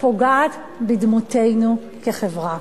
פוגעת בדמותנו כחברה.